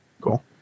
Cool